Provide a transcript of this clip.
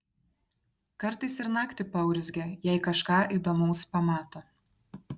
kartais ir naktį paurzgia jei kažką įdomaus pamato